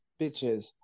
bitches